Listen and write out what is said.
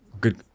Good